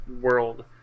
world